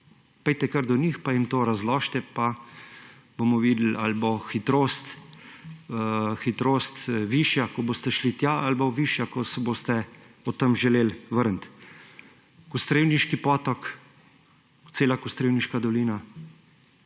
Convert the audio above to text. Pojdite kar do njih, pa jim to razložite, pa bomo videli, ali bo hitrost višja, ko boste šli tja, ali bo višja, ko se boste potem želeli vrniti. Kostrevniški potok, cela Kostrevniška dolina,